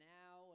now